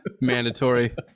mandatory